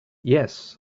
yes